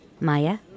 Maya